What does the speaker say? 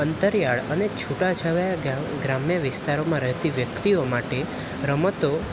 અંતરિયાળ અને છુટા છવાયા ગ્રા ગ્રામ્ય વિસ્તારોમાં રહેતી વ્યક્તિઓ માટે રમતો